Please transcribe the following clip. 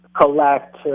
collect